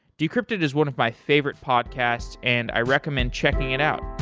decrypted is one of my favorite podcasts and i recommend checking it out.